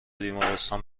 بیمارستان